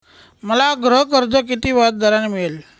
मला गृहकर्ज किती व्याजदराने मिळेल?